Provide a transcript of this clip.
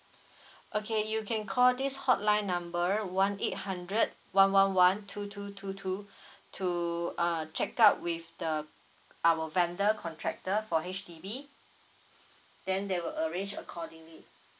okay you can call this hotline number one eight hundred one one one two two two two to uh check out with the our vendor contractor for H_D_B then they will arrange accordingly